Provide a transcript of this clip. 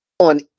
On